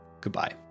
Goodbye